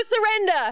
surrender